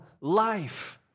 life